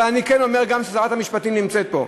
אבל אני כן אומר, גם כששרת המשפטים נמצאת פה: